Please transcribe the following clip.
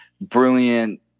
brilliant